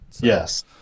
Yes